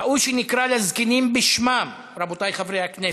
ראוי שנקרא לזקנים בשמם, רבותי חברי הכנסת.